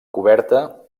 coberta